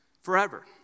forever